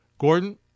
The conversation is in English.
Gordon